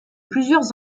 plusieurs